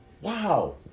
Wow